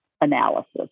analysis